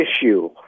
issue